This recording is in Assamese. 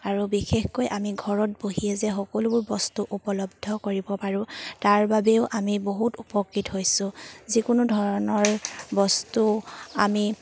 আৰু বিশেষকৈ আমি ঘৰত বহিয়ে যে সকলোবোৰ বস্তু উপলব্ধ কৰিব পাৰোঁ তাৰ বাবেও আমি বহুত উপকৃত হৈছোঁ যিকোনো ধৰণৰ বস্তু আমি